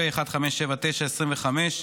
פ/1579/25,